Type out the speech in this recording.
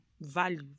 value